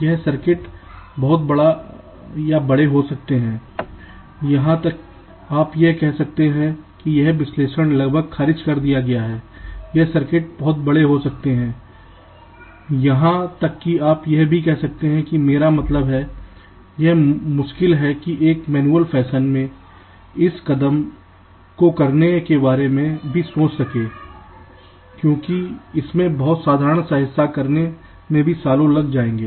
यह सर्किट बहुत बड़ा बड़े हो सकते हैं यहां तक कि आप यह भी कह सकते हैं मेरा मतलब है यह मुश्किल है कि एक मैनुअल फैशन में इस कदम को करने के बारे में भी सोचें क्योंकि इसमें बहुत साधारण सा हिस्सा करने में भी सालों लग जाएंगे